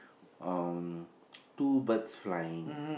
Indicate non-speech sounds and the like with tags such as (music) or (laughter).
um (noise) two birds flying